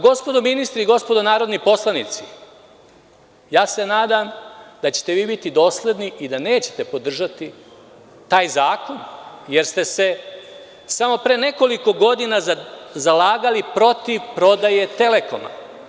Gospodo ministri i gospodo narodni poslanici, nadam se da ćete vi biti dosledni i da nećete podržati taj zakon, jer ste se samo pre nekoliko godina zalagali protiv prodaje „Telekoma“